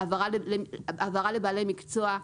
בהעברה לבעלי מקצוע.